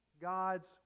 God's